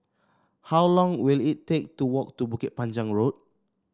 how long will it take to walk to Bukit Panjang Road